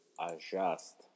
adjust